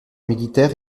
militaire